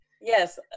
Yes